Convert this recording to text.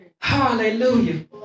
Hallelujah